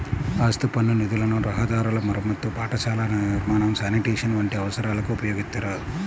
ఆస్తి పన్ను నిధులను రహదారుల మరమ్మతు, పాఠశాలల నిర్మాణం, శానిటేషన్ వంటి అవసరాలకు ఉపయోగిత్తారు